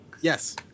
yes